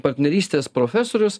partnerystės profesorius